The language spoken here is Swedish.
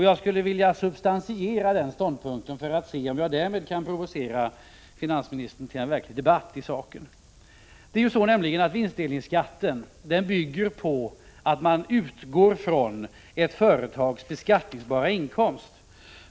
Jag skulle vilja substantiera den ståndpunkten för att se om jag därmed kan provocera finansministern till en verklig debatt i sakfrågan. Vinstdelningsskatten bygger på att man utgår från ett företags beskattningsbara inkomst.